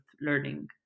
learning